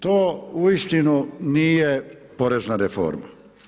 To uistinu nije porezna reforma.